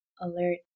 Alert